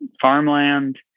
Farmland